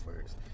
first